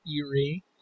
eerie